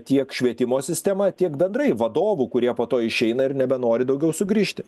tiek švietimo sistema tiek bendrai vadovų kurie po to išeina ir nebenori daugiau sugrįžti